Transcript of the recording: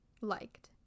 liked